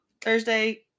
Thursday